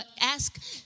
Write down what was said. ask